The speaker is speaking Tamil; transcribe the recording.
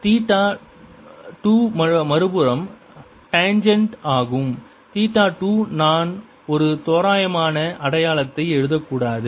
தீட்டா 2 மறுபுறம் டான்ஜெண்ட் ஆகும் தீட்டா 2 நான் ஒரு தோராயமான அடையாளத்தை எழுதக்கூடாது